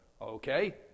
Okay